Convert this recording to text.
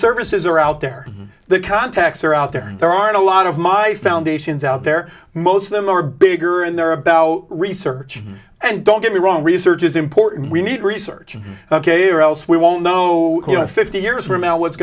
services are out there the contacts are out there there are a lot of my foundations out there most of them are bigger and they're about research and don't get me wrong research is important we need research ok or else we won't know fifty years from now what's